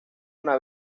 una